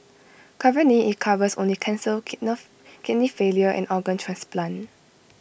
currently IT covers only cancer kidney failure and organ transplant